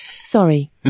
Sorry